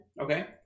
okay